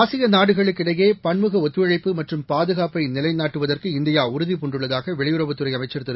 ஆசிய நாடுகளுக்கு இடையே பன்முக ஒத்துழைப்பு மற்றும் பாதுகாப்பை நிலைநாட்டுவதற்கு இந்தியா உறுதிபூண்டுள்ளதாக வெளியுறவுத்துறை அமைச்சர் திரு